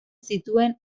zituen